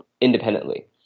independently